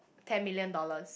ten million dollars